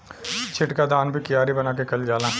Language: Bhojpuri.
छिटका धान भी कियारी बना के कईल जाला